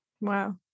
Wow